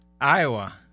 Iowa